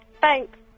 thanks